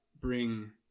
bring